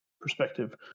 perspective